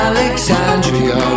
Alexandria